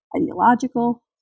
ideological